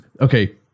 okay